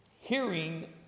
hearing